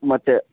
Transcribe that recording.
ಮತ್ತೆ